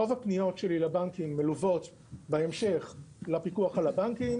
רוב הפניות שלי לבנקים מלוות בהמשך לפיקוח על הבנקים.